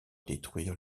détruire